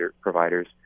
providers